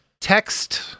text